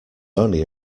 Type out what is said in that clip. only